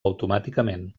automàticament